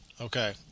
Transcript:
okay